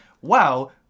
wow